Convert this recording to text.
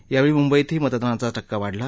यावेळी मुंबईतही मतदानाचा टक्का वाढला